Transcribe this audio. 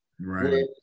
Right